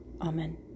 Amen